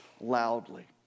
loudly